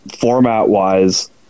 format-wise